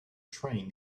train